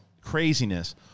craziness